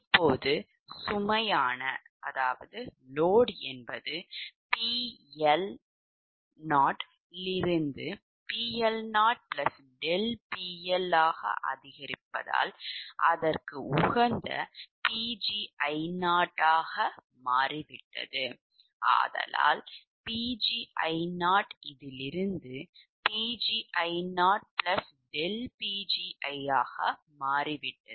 இப்போது சுமை PL 0 இலிருந்து PL0 ∆PL அதிகரிப்பால் அதற்கு உகந்தPgi0 யாக மாறிவிட்டது